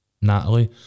Natalie